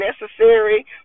necessary